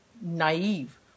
naive